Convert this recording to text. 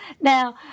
Now